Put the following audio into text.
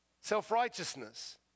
self-righteousness